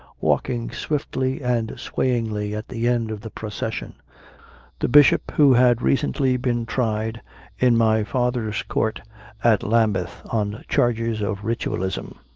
walking swiftly and swayingly at the end of the procession the bishop who had recently been tried in my father s court at lambeth on charges of ritualism.